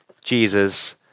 Jesus